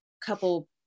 couple